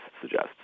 suggests